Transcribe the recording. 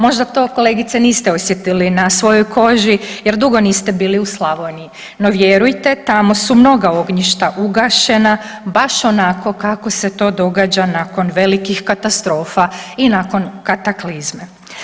Možda to kolegice, niste osjetili na svojoj koži jer dugo niste bili u Slavoniji, no vjerujte, tamo su mnoga ognjišta ugašena baš onako kako se to događa nakon velikih katastrofa i nakon kataklizme.